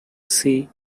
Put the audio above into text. sea